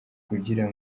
kugira